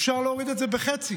אפשר להוריד את זה בחצי,